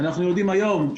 אנחנו יודעים שסין